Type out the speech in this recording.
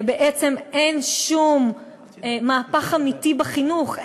בעצם אין שום מהפך אמיתי בחינוך,